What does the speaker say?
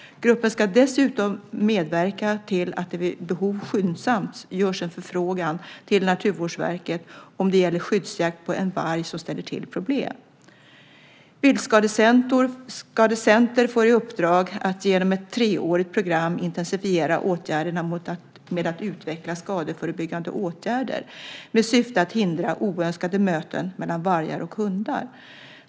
Gruppen ska dessutom medverka till att det vid behov skyndsamt görs en förfrågan till Naturvårdsverket om det gäller skyddsjakt på en varg som ställer till problem. Viltskadecenter får i uppdrag att genom ett treårigt program intensifiera åtgärderna med att utveckla skadeförebyggande åtgärder med syfte att hindra oönskade möten mellan vargar och hundar.